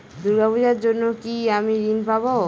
দূর্গা পূজার জন্য কি আমি ঋণ পাবো?